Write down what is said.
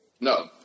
No